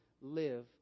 live